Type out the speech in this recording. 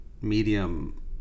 medium